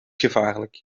gevaarlijk